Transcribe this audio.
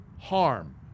harm